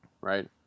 Right